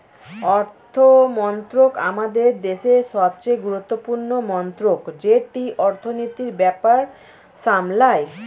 অর্থমন্ত্রক আমাদের দেশের সবচেয়ে গুরুত্বপূর্ণ মন্ত্রক যেটি অর্থনীতির ব্যাপার সামলায়